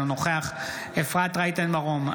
אינו נוכח אפרת רייטן מרום,